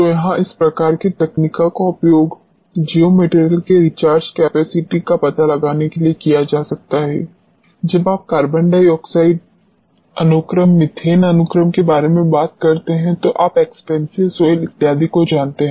तो यहां इस प्रकार की तकनीकों का उपयोग जियोमटेरियल की रिचार्ज कैपेसिटी का पता लगाने के लिए किया जा सकता है जब आप कार्बन डाइऑक्साइड अनुक्रम मीथेन अनुक्रम के बारे में बात करते हैं और आप एक्सपेंसिव सॉइल इत्यादि को जानते हैं